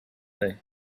day